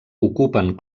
ocupen